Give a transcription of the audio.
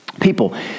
people